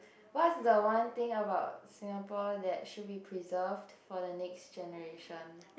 what's the one thing about Singapore that should be preserved for the next generation